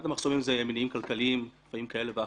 אחד המחסומים זה מניעים כלכליים שאנחנו